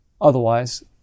Otherwise